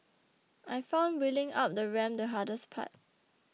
I found wheeling up the ramp the hardest part